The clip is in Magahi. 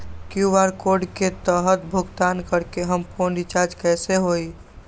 कियु.आर कोड के तहद भुगतान करके हम फोन रिचार्ज कैसे होई?